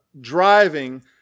driving